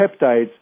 peptides